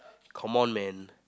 come on man